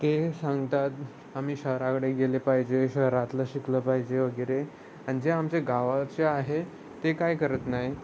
ते सांगतात आम्ही शहराकडे गेले पाहिजे शहरातलं शिकलं पाहिजे वगैरे आणि जे आमच्या गावाचे आहे ते काय करत नाही